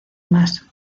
más